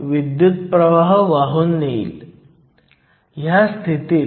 तर या विशिष्ट प्रकरणात EFn आणि EFp मधील अंतर मूलत 0